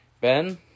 Ben